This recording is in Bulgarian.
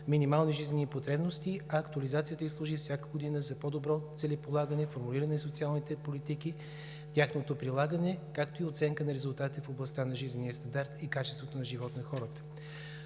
минимални жизнени потребности, а актуализацията й служи всяка година за по-добро целеполагане, формулиране на социалните политики, тяхното прилагане, както и оценка на резултата в областта на жизнения стандарт и качеството на живот на хората.